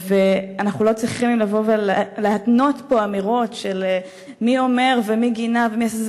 ואנחנו לא צריכים לבוא ולהתנות פה באמירות של מי אומר ומי גינה ומי עשה.